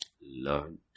Learn